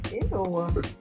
Ew